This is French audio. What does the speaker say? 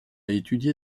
étudié